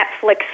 Netflix